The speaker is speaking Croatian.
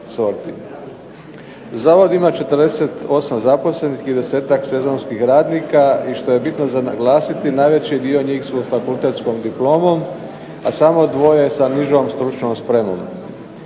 Zavod ima 48 zaposlenih i 10-tak sezonskih radnika i što je bitno za naglasiti najveći dio njih je sa fakultetskom diplomom a samo dvoje sa nižom stručnom spremom.